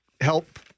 help